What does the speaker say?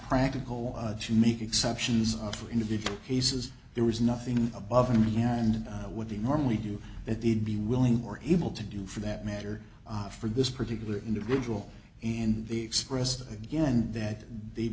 practical to make exceptions for individual cases there was nothing above me and what they normally do that they'd be willing or able to do for that matter for this particular individual and they expressed again that they